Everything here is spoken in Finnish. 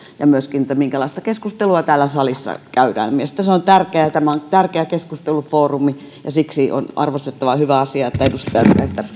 ja myöskin sitä minkälaista keskustelua täällä salissa käydään mielestäni se on tärkeää tämä on tärkeä keskustelufoorumi ja siksi on arvostettava hyvä asia että edustajat